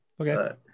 Okay